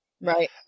Right